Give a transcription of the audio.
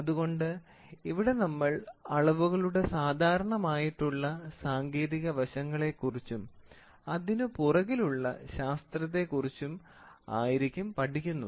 അതുകൊണ്ട് ഇവിടെ നമ്മൾ അളവുകളുടെ സാധാരണമായിട്ടുള്ള സാങ്കേതിക വശങ്ങളെക്കുറിച്ചും അതിനു പുറകിലുള്ള ശാസ്ത്രത്തെക്കുറിച്ചും ആയിരിക്കും പഠിക്കുന്നത്